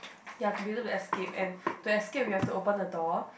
ya to be able to escape and to escape you so open the door